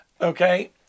Okay